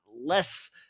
less